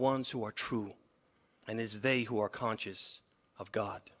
ones who are true and is they who are conscious of god